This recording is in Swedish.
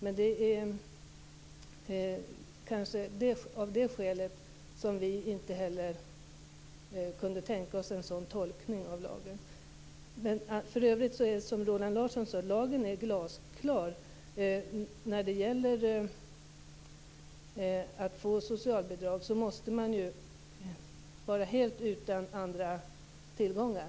Men det är kanske av det skälet som vi inte heller kunde tänka oss en sådan tolkning av lagen. Men, som Roland Larsson sade, lagen är glasklar. För att få socialbidrag måste man vara helt utan andra tillgångar.